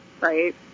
Right